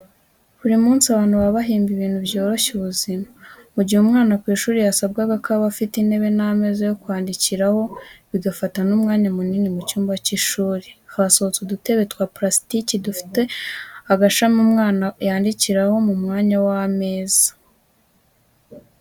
Buri munsi abantu baba bahimba ibintu byoroshya ubuzima. Mu gihe umwana ku ishuri byasabaga ko aba afite intebe n'ameza yo kwandikiraho, bigafata n'umwanya munini mu cyumba cy'ishuri, hasohotse udutebe twa purasitiki dufite agashami umwana yandikiraho mu mwanya w'ameza.